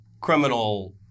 criminal